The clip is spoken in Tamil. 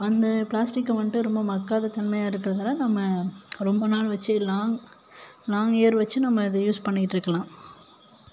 அந்த பிளாஸ்டிக்கை வந்துவிட்டு ரொம்ப மக்காத தன்மையாக இருக்குறதால் நம்ம ரொம்ப நாள் வச்சுக்கலாம் லாங் இயர் வச்சியும் நம்ம அதை யூஸ் பண்ணிட்டுருக்கலாம்